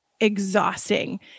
exhausting